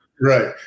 right